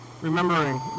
remembering